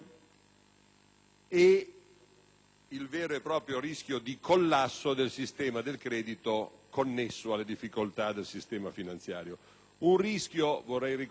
il vero e proprio rischio di collasso del sistema del credito connesso alle difficoltà del sistema finanziario. Un rischio di collasso, vorrei ricordare ai colleghi che hanno detto